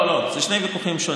לא, לא, לא, אלה שני ויכוחים שונים.